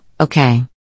okay